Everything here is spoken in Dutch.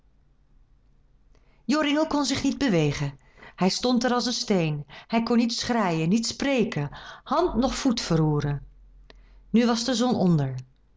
joringel kon zich niet bewegen hij stond daar als een steen hij kon niet schreien niet spreken hand noch voet verroeren nu was de zon onder